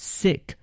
sick